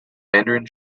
mandarin